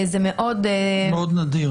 זה מאוד נדיר,